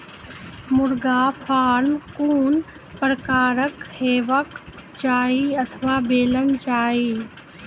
मुर्गा फार्म कून प्रकारक हेवाक चाही अथवा बनेल जाये?